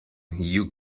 you